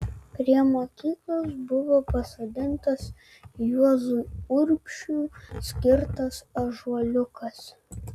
prie mokyklos buvo pasodintas juozui urbšiui skirtas ąžuoliukas